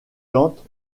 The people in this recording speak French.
tente